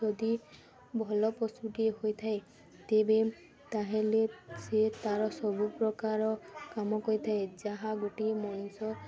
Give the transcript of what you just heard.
ଯଦି ଭଲ ପଶୁଟିଏ ହୋଇଥାଏ ତେବେ ତା'ହେଲେ ସିଏ ତା'ର ସବୁପ୍ରକାର କାମ କରିଥାଏ ଯାହା ଗୋଟିଏ ମଣିଷ